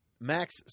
Max